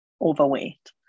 overweight